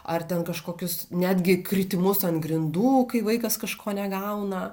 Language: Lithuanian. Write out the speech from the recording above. ar ten kažkokius netgi kritimus ant grindų kai vaikas kažko negauna